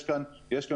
יש כאן חשש,